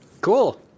Cool